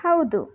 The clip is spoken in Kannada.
ಹೌದು